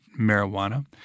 marijuana